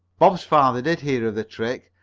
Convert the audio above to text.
bob's father did hear of the trick,